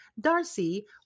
Darcy